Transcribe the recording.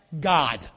God